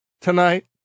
tonight